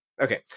okay